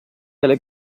delle